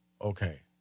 Okay